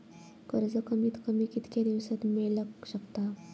कर्ज कमीत कमी कितक्या दिवसात मेलक शकता?